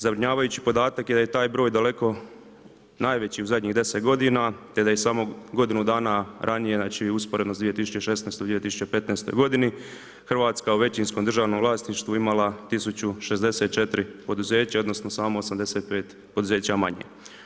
Zabrinjavajući podatak je da je taj broj daleko najveći u zadnjih 10 godina te da je samo godinu dana ranije, znači usporedno u 2016., 2015. godini, Hrvatska u većinskom državnom vlasništvu imala 1064 poduzeća odnosno samo 85 poduzeća manje.